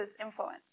influence